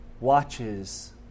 watches